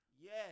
Yes